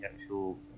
actual